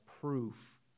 proof